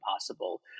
possible